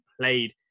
played